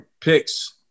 picks